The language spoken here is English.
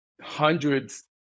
hundreds